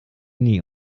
nie